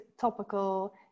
topical